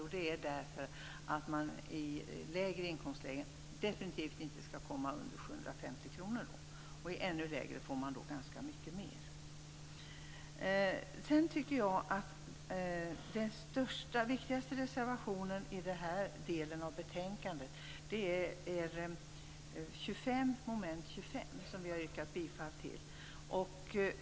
Jo, det är för att man i lägre inkomstlägen definitivt inte skall hamna under 750 kr. Vid ännu lägre inkomster får man ganska mycket mer. Den viktigaste reservationen i den här delen av betänkandet tycker jag är reservation 25 under mom. 25, som vi har yrkat bifall till.